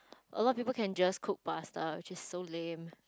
a lot of people can just cook pasta which is so lame